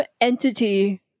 entity